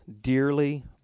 dearly